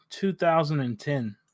2010